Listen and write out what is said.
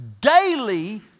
daily